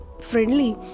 friendly